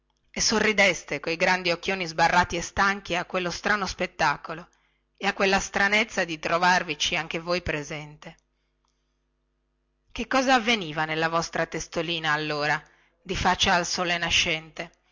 e sorridevate coi grandi occhioni sbarrati e stanchi a quello strano spettacolo e a quellaltra stranezza di trovarvici anche voi presente che cosa avveniva nella vostra testolina mentre contemplavate il sole nascente